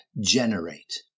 generate